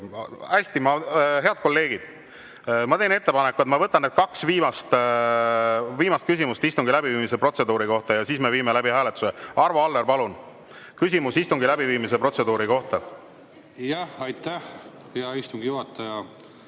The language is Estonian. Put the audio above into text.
Hästi! Head kolleegid, ma teen ettepaneku, et ma võtan kaks viimast küsimust istungi läbiviimise protseduuri kohta. Ja siis me viime läbi hääletuse. Arvo Aller, palun! Küsimus istungi läbiviimise protseduuri kohta. Aitäh! Protesti saab